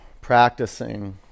practicing